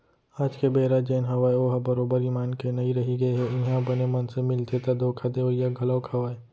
आज के बेरा जेन हवय ओहा बरोबर ईमान के नइ रहिगे हे इहाँ बने मनसे मिलथे ता धोखा देवइया घलोक हवय